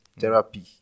therapy